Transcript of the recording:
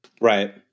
Right